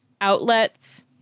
outlets